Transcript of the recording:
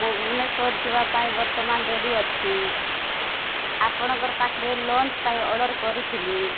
ମୋ ଭୁବନେଶ୍ୱର ଯିବା ପାଇଁ ବର୍ତ୍ତମାନ ରେଡ଼ି ଅଛି ଆପଣଙ୍କର ପାଖରେ ଲଞ୍ଚ୍ ପାଇଁ ଅର୍ଡ଼ର୍ କରିଥିଲି